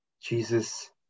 Jesus